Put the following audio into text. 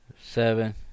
seven